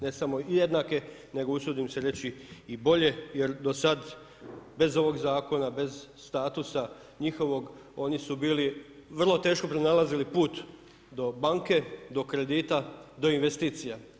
Ne samo i jednake, nego usudim se reći i bolje, jer do sada, bez ovog zakona, bez statusa njihovog, oni su bili vrlo teško bi pronalazili put do banke, do kredita, do investicija.